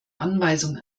anweisung